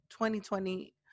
2020